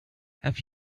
have